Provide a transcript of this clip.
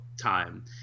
time